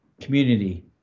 Community